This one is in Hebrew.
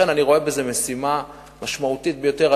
לכן אני רואה בזה משימה משמעותית ביותר.